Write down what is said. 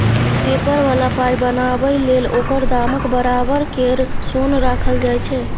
paper बला पाइ बनाबै लेल ओकर दामक बराबर केर सोन राखल जाइ छै